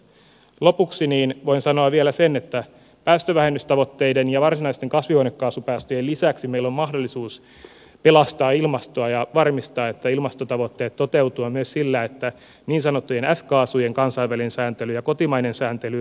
lopuksi voin sanoa vielä sen että päästövähennystavoitteiden ja varsinaisten kasvihuonekaasupäästöjen lisäksi meillä on mahdollisuus pelastaa ilmastoa ja varmistaa että ilmastotavoitteet toteutuvat myös sillä että niin sanottujen f kaasujen kansainvälinen sääntely ja kotimainen sääntely etenevät